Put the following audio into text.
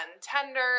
tender